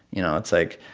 you know, it's like.